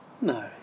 no